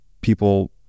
people